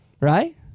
Right